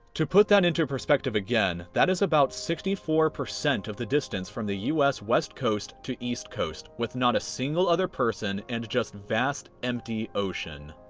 to put that into perspective again that is about sixty four percent of the distance from the u s. west coast to east coast with not a single other person and just vast empty ocean.